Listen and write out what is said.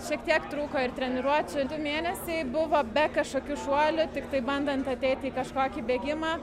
šiek tiek trūko ir treniruočių mėnesiai buvo be kažkokių šuolių tiktai bandant ateit į kažkokį bėgimą